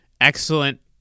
excellent